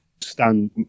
stand